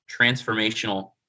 transformational